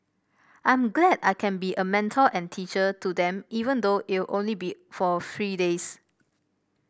I'm glad I can be a mentor and teacher to them even though it'll only be for three days